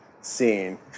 scene